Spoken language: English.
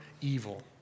evil